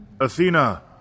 Athena